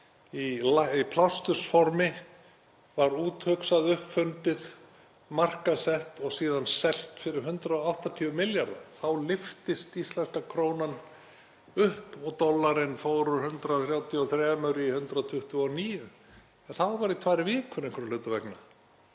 í plástursformi, var úthugsað, uppfundið, markaðssett og síðan selt fyrir 180 milljarða. Þá lyftist íslenska krónan upp og dollarinn fór úr 133 í 129. Það var í tvær vikur einhverra hluta vegna.